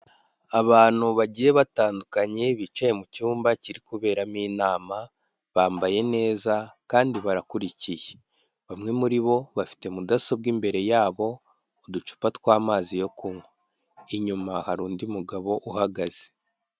Abantu bagiye batandukanye bicaye mu cyumba kiri kuberamo inama bambaye neza kandi barakurikiye, bamwe muri bo bafite mudasobwa imbere yabo, uducupa tw'amazi yo kunywa, inyuma hari undi mugabo uhagaze.